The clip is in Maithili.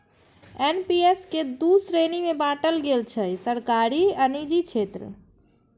एन.पी.एस कें दू श्रेणी मे बांटल गेल छै, सरकारी आ निजी क्षेत्र